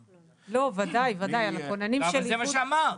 לא, וודאי, הכוונים של איחוד -- אבל זה מה שאמרת.